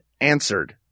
Answered